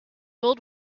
old